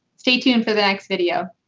stay tuned for the next video.